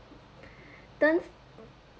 turn